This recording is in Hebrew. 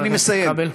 חבר הכנסת כבל.